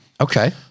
Okay